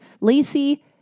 Lacey